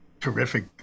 terrific